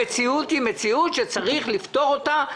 המציאות היא מציאות שצריך לפתור אותה,